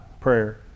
prayer